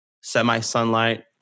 semi-sunlight